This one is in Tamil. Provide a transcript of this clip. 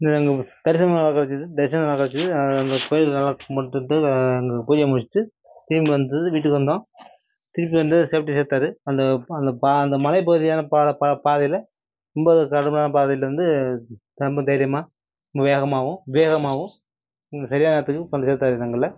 எனக்கு அங்கே தரிசனம் நல்லா கிடச்சிது தரிசனம் நல்லா கிடச்சிது அதனால் அந்த கோயிலில் நல்லா கும்பிட்டுட்டு அங்கே பூஜையை முடிச்சுட்டு திரும்பி வந்து வீட்டுக்கு வந்தோம் திருப்பி வந்து சேஃப்டியாக சேர்த்தாரு அந்த ப அந்த ப அந்த மலை பகுதியான பா பா பாதையில் ரொம்ப கடுமையான பாதையில் வந்து ரொம்ப தைரியமாக ரொம்ப வேகமாகவும் விவேகமாகவும் எங்களை சரியான நேரத்துக்கு கொண்டு போய் சேர்த்தாரு எங்களை